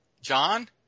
John